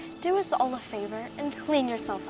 do us all a favor and clean yourself